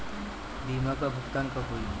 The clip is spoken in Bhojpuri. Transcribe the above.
बीमा का भुगतान कब होइ?